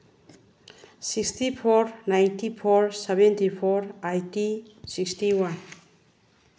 sixty four ninety four seventy four eighty sixty one